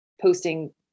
posting